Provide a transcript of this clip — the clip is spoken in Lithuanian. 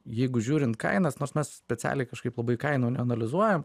jeigu žiūrint kainas nors mes specialiai kažkaip labai kainų neanalizuojam